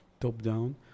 top-down